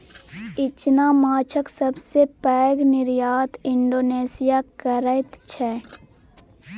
इचना माछक सबसे पैघ निर्यात इंडोनेशिया करैत छै